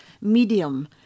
medium